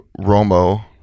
Romo